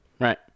Right